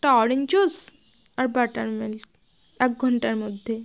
একটা orange juice আর buttermilk এক ঘণ্টার মধ্যে